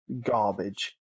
garbage